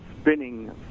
spinning